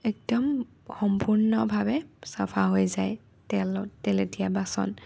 একদম সম্পূৰ্ণভাৱে চাফা হৈ যায় তেলেত তেলেতীয়া বাচন